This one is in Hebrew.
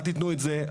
אל תתנו את זה,